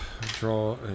Draw